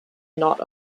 not